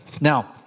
Now